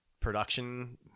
production